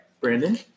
Brandon